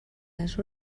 les